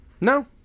No